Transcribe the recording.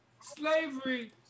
slavery